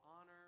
honor